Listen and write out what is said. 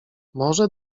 może